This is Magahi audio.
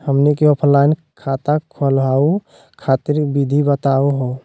हमनी क ऑफलाइन खाता खोलहु खातिर विधि बताहु हो?